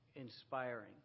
inspiring